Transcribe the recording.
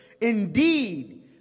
Indeed